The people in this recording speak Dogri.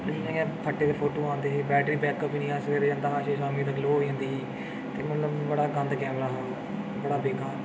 इ'यां गै फट्टे दे फोटो आंह्दे हे बैटरी बैकअप नेईं हा सवेरै जंदा हा शामीं तक लोह् होई अंदी ही मतलब बड़े गंदा कैमरा हा ओह् बड़ा बेकार